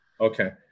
Okay